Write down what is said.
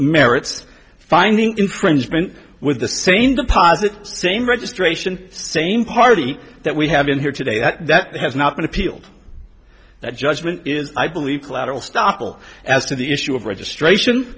merits finding in cringed and with the same deposit same registration same party that we have in here today that that has not been appealed that judgment is i believe collateral stoppel as to the issue of registration